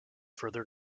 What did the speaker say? further